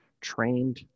trained